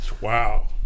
Wow